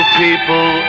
people